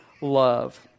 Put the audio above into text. love